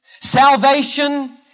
Salvation